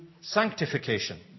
sanctification